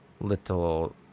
little